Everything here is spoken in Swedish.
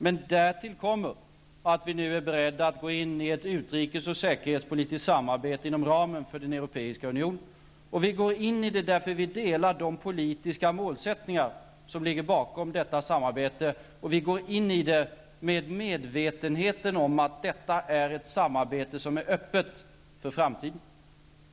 Men där till kommer att vi nu är beredda att gå in i ett utrikes och säkerhetspolitiskt samarbete inom ramen för den Europeiska unionen. Vi går in i samarbetet därför att vi delar de politiska målsättningar som ligger bakom detta samarbete, och vi gör det i medvetenheten om att detta är ett samarbete som är öppet för framtiden.